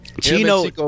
Chino